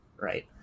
right